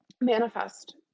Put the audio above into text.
manifest